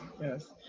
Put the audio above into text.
yes